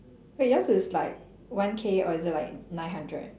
wait yours is like one K or is it like nine hundred